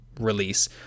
release